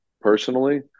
personally